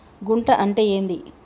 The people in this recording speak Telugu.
గుంట అంటే ఏంది?